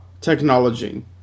technology